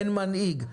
אין מנהיג.